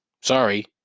Sorry